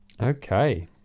okay